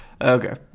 Okay